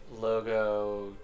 Logo